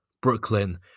Brooklyn